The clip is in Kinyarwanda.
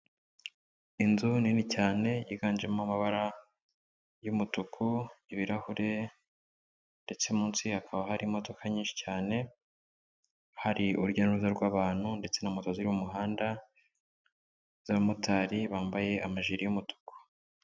Inzu nini cyane yiganjemo amabara y'umutuku, ibirahure ndetse munsi hakaba hari imodoka nyinshi cyane, hari urujya n'uruza rw'abantu ndetse na moto ziri mu muhanda z'abamotari bambaye amajiri y'umutuku.